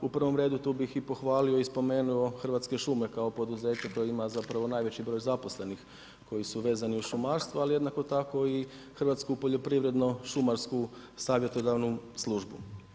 U prvom redu tu bih i pohvalio i spomenuo Hrvatske šume kao poduzeće koje ima najveći broj zaposlenih koji su vezani u šumarstvu, ali jednako tako i Hrvatsku poljoprivredno-šumarsko savjetodavnu službu.